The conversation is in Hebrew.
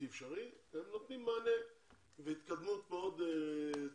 אפשרי אבל הן נותנות מענה והתקדמות מאוד טובה,